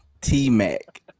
T-Mac